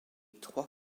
trois